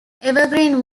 evergreen